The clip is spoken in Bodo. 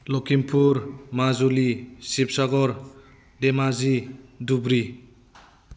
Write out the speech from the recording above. लखिमपुर माजुलि सिबसागर धेमाजि धुब्रि